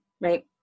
right